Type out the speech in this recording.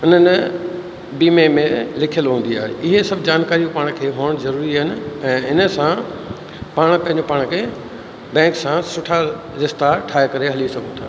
हुननि बीमे में लिखियलु हूंदी आहे इहे सभु जानकारियूं पाण खे हुजणु ज़रूरी आहिनि ऐं इन सां पाण पंहिंजे पाण खे बैंक सां सुठा रिश्ता ठाहे करे हली सघूं था